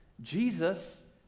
Jesus